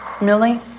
millie